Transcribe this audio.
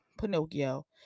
pinocchio